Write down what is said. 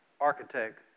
architect